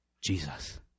Jesus